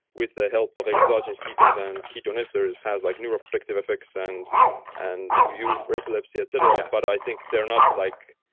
with the help of exogenous ketones and ketone esters has like neuro-protective effects and and used for epilepsy, etc. but i think they're not like,